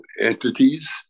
entities